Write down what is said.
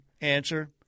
answer